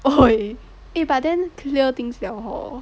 !oi! but then clear things liao hor